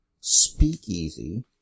speakeasy